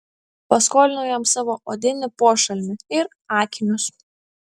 paskolinau jam savo odinį pošalmį ir akinius